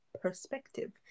perspective